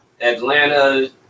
Atlanta